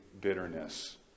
bitterness